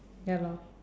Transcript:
ya lor